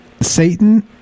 Satan